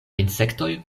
insektoj